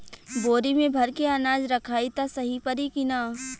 बोरी में भर के अनाज रखायी त सही परी की ना?